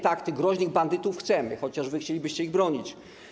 Tak, tych groźnych bandytów chcemy, chociaż wy chcielibyście ich bronić.